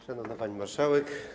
Szanowna Pani Marszałek!